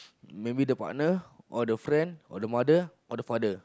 maybe the partner or the friend or the mother or the father